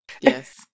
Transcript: Yes